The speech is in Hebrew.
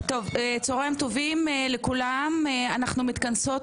צהריים טובים לכולם, אנחנו מתכנסים